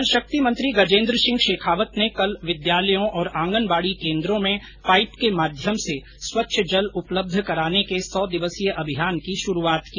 जलशक्ति मंत्री गजेन्द्र सिंह शेखावत ने कल विद्यालयों और आंगनबाड़ी केन्द्रों में पाइप के माध्यम से स्वच्छ जल उपलब्ध कराने के सौ दिवसीय अभियान की शुरूआत की